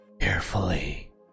carefully